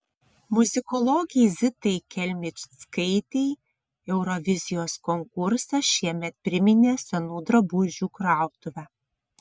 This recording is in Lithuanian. muzikologei zitai kelmickaitei eurovizijos konkursas šiemet priminė senų drabužių krautuvę